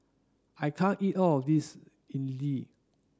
I can't eat all of this idly